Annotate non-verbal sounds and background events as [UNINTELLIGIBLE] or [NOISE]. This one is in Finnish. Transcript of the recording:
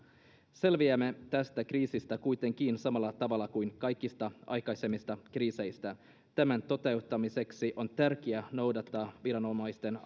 selviämme tästä kriisistä kuitenkin samalla tavalla kuin kaikista aikaisemmista kriiseistä tämän toteuttamiseksi on tärkeää noudattaa viranomaisten [UNINTELLIGIBLE]